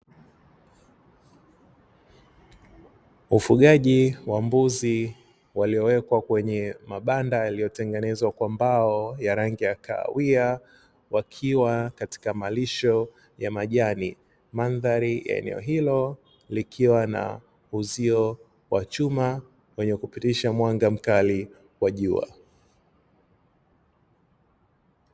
Ufugaji wa mbuzi waliowekwa kwenye mabanda yaliyotengenezwa kwa mbao ya rangi ya kahawia wakiwa katika malisho ya majani. Mandhari ya eneo hilo likiwa na uzio wa chuma wenye kupitisha mwanga mkali wa jua.